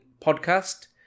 podcast